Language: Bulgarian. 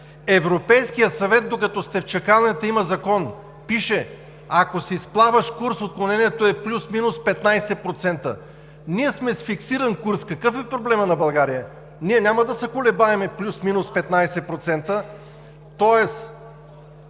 Европейският съвет, докато сте в чакалнята има закон – пише: „Ако си с плаващ курс, отклонението е плюс-минус 15%.“ Ние сме с фиксиран курс, какъв е проблемът на България? Ние няма да се колебаем плюс-минус 15%,